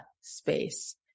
space